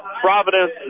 Providence